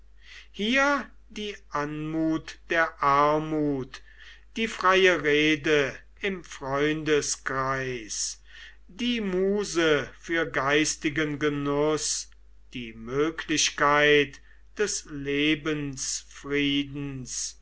hier die anmut der armut die freie rede im freundeskreis die muse für geistigen genuß die möglichkeit des lebensfriedens